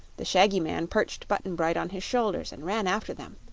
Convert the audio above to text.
the shaggy man perched button-bright on his shoulders and ran after them.